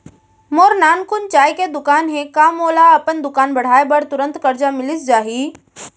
मोर नानकुन चाय के दुकान हे का मोला अपन दुकान बढ़ाये बर तुरंत करजा मिलिस जाही?